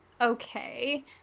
okay